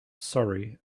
surrey